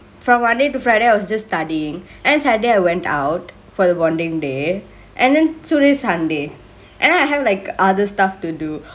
from monday to friday I was just studyingk then saturday I went out for the bondingk day and then today sunday and then I have like other stuff to do